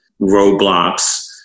roadblocks